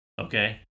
Okay